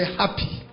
happy